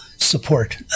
support